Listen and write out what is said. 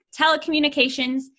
telecommunications